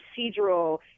procedural